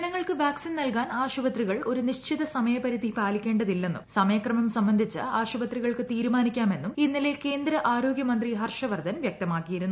ജനങ്ങൾക്ക് വാക്സിൻ നൽകാൻ ആശുപത്രികൾ ഒരു നിശ്ചിത സമയപരിധി പാലിക്കേണ്ടതില്ലെന്നും സമയക്രമം സംബന്ധിച്ച് ആശുപത്രികൾക്ക് തീരുമാനിക്കാമെന്നും ഇന്നലെ ക്രേന്ദ ആരോഗൃ മന്ത്രി ഹർഷവർധൻ വൃക്തമാക്കിയിരുന്നു